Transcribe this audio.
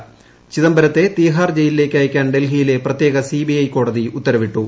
ച്ചിദംബരത്തെ തിഹാർ ജയിലിലേക്കയക്കാൻ ഡൽഹിയിലെ പ്രത്യേക സിബിഐ കോടതി ഉത്തരവിട്ടു